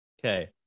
Okay